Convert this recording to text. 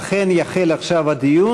אכן, עכשיו יחל הדיון.